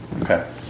Okay